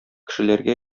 кешеләргә